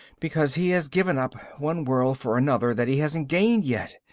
because he has given up one world for another that he hasn't gained yet.